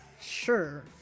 sure